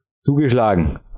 Zugeschlagen